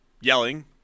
yelling